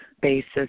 basis